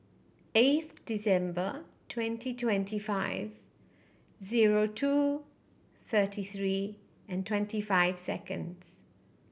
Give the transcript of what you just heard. eighth December twenty twenty five zero two thirty three and twenty five seconds